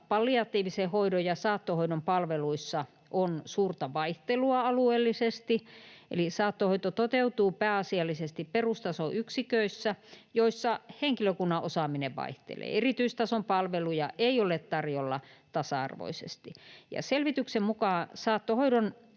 palliatiivisen hoidon ja saattohoidon palveluissa on suurta vaihtelua alueellisesti, eli saattohoito toteutuu pääasiallisesti perustason yksiköissä, joissa henkilökunnan osaaminen vaihtelee. Erityistason palveluja ei ole tarjolla tasa-arvoisesti. Selvityksen mukaan saattohoidon